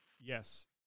Yes